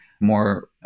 more